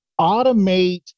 automate